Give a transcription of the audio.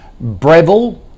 Breville